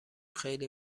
خیلی